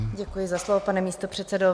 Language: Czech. Děkuji za slovo, pane místopředsedo.